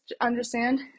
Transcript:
understand